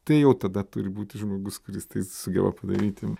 tai jau tada turi būti žmogus kuris tai sugeba padaryti